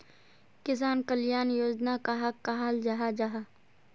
किसान कल्याण योजना कहाक कहाल जाहा जाहा?